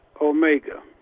Omega